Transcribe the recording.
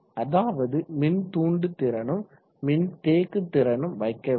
அதாவது மின்தூண்டுதிறனும் மின்தேக்குதிறனும் வைக்கவில்லை